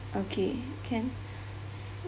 okay can